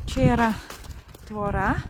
čia yra tvora